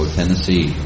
Tennessee